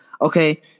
okay